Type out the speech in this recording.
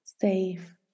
safe